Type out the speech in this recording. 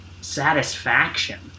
satisfaction